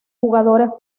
jugadores